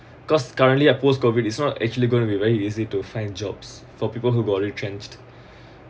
cause currently a post COVID is not actually going to be very easy to find jobs for people who are got retrenched